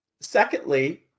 Secondly